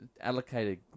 allocated